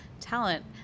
talent